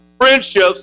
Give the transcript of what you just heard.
friendships